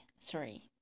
three